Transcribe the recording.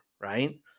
right